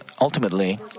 ultimately